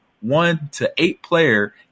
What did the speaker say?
one-to-eight-player